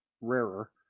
rarer